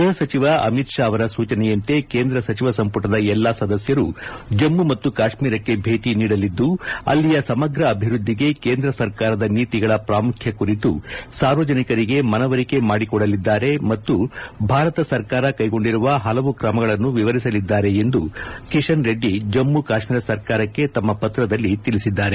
ಗ್ಬಹ ಸಚಿವ ಅಮಿತ್ ಶಾ ಅವರ ಸೂಚನೆಯಂತೆ ಕೇಂದ್ರ ಸಚಿವ ಸಂಪುಟದ ಎಲ್ಲಾ ಸದಸ್ಯರು ಜಮ್ಮು ಮತ್ತು ಕಾಶ್ಮೀರಕ್ಕೆ ಭೇಟಿ ನೀಡಲಿದ್ದು ಅಲ್ಲಿಯ ಸಮಗ್ರ ಅಭಿವ್ವದ್ದಿಗೆ ಕೇಂದ್ರ ಸರ್ಕಾರದ ನೀತಿಗಳ ಪ್ರಾಮುಖ್ಯ ಕುರಿತು ಸಾರ್ವಜನಿಕರಿಗೆ ಮನವರಿಕೆ ಮಾಡಿಕೊಡಲಿದ್ದಾರೆ ಮತ್ತು ಭಾರತ ಸರ್ಕಾರ ಕೈಗೊಂಡಿರುವ ಹಲವು ಕ್ರಮಗಳನ್ನು ವಿವರಿಸಲಿದ್ದಾರೆ ಎಂದು ಕಿಶನ್ರೆಡ್ಡಿ ಜಮ್ಮು ಕಾಶ್ಮೀರ ಸರ್ಕಾರಕ್ಕೆ ತಮ್ಮ ಪತ್ರದಲ್ಲಿ ತಿಳಿಸಿದ್ದಾರೆ